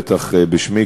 בטח בשמי,